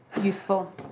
Useful